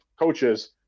coaches